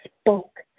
spoke